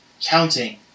counting